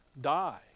Die